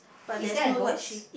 is there a ghost